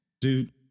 Dude